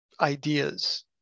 ideas